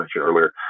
earlier